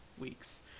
weeks